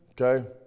okay